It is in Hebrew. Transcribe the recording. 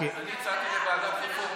אני הצעתי לוועדת הרפורמות.